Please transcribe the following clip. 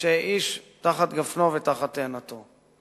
שאיש תחת גפנו ותחת תאנתו.